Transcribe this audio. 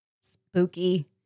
Spooky